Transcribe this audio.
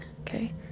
Okay